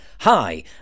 Hi